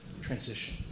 transition